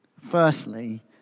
Firstly